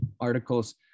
articles